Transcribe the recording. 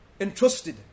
entrusted